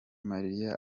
malia